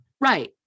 Right